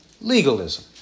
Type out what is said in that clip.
legalism